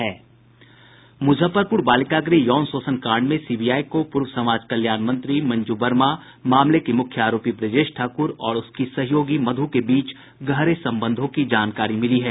मुजफ्फरपुर बालिका गृह यौन शोषण कांड में सीबीआई को पूर्व समाज कल्याण मंत्री मंजू वर्मा मामले के मुख्य आरोपी ब्रजेश ठाकुर और उसकी सहयोगी मधु के बीच गहरे संबंधों की जानकारी मिली है